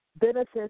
benefits